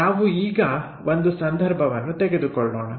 ನಾವು ಈಗ ಒಂದು ಸಂದರ್ಭವನ್ನು ತೆಗೆದುಕೊಳ್ಳೋಣ